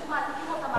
הם פשוט מעתיקים אותם.